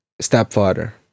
stepfather